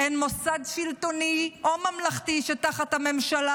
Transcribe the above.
אין מוסד שלטוני או ממלכתי שתחת הממשלה